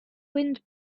wind